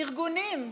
ארגונים: